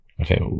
Okay